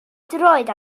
droed